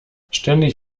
ständig